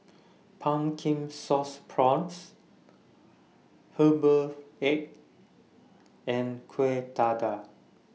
Pumpkin Sauce Prawns Herbal Egg and Kueh Dadar